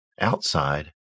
Outside